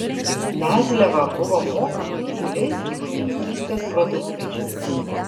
mezliava buvo mokama gyvuliais gyvulininkystės produktais